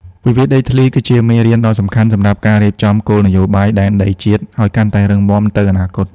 វិវាទដីធ្លីគឺជាមេរៀនដ៏សំខាន់ សម្រាប់ការរៀបចំគោលនយោបាយដែនដីជាតិឱ្យកាន់តែរឹងមាំទៅអនាគត។